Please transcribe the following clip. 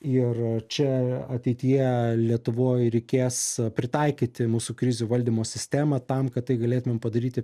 ir čia ateityje lietuvoj reikės pritaikyti mūsų krizių valdymo sistemą tam kad tai galėtumėm padaryti